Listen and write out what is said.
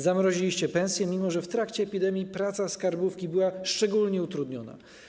Zamroziliście pensje, mimo że w trakcie epidemii praca skarbówki była szczególnie utrudniona.